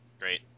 great